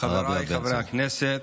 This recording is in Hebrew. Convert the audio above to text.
חבריי חברי הכנסת,